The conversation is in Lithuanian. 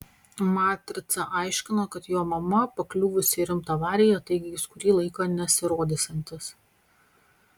matrica aiškino kad jo mama pakliuvusi į rimtą avariją taigi jis kurį laiką nesirodysiantis